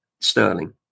sterling